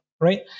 right